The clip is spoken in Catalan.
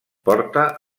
porta